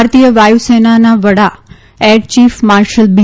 ભારતીયા વાયુસેના વડા air chief marshal બી